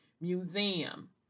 museum